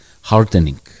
heartening